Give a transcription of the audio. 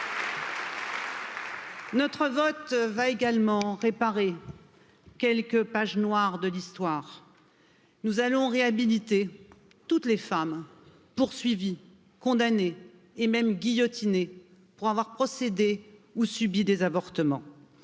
Notre vote va également réparer quelques pages noires de l'histoire nous allons réhabiliter toutes les femmes poursuivies condamnées et même guillotinées pour avoir procédé ou subi des avortements